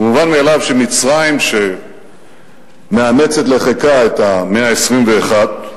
מובן מאליו שמצרים, שמאמצת לחיקה את המאה ה-21,